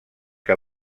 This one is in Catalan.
que